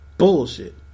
Bullshit